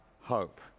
hope